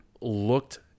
looked